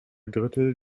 drittel